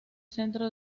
centro